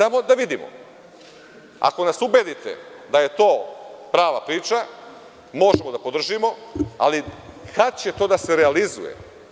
Ako nas ubedite da je to prava priča, možemo da podržimo, ali kada će to da se realizuje?